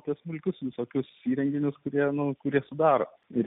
apie smulkius visokius įrenginius kurie numatyti sudaro ir